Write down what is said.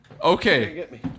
Okay